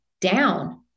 down